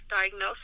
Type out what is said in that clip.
diagnosed